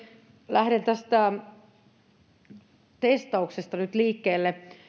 lähden testauksesta nyt liikkeelle